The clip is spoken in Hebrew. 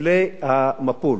לפני המפל.